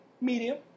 medium